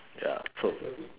ya so